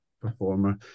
performer